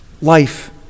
Life